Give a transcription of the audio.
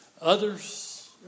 others